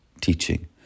teaching